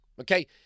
okay